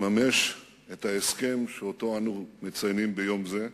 לממש את ההסכם שאנו מציינים ביום זה,